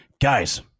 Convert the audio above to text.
Guys